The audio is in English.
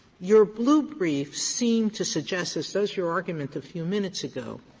your blue brief seems to suggest, as does your argument a few minutes ago,